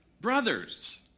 brothers